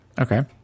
Okay